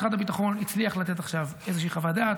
משרד הביטחון הצליח לתת עכשיו איזושהי חוות דעת.